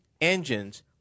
engines